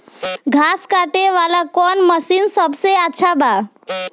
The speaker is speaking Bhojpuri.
घास काटे वाला कौन मशीन सबसे अच्छा बा?